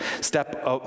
step